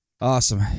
Awesome